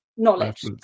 knowledge